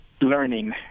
Learning